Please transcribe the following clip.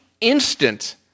instant